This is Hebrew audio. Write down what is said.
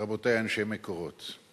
רבותי אנשי "מקורות",